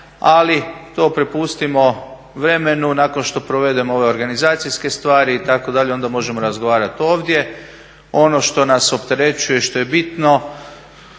ali to prepustimo vremenu nakon što provedemo ove organizacijske stvari, itd., onda možemo razgovarati ovdje. Ono što nas opterećuje što je bitno